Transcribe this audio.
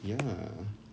ya